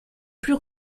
plus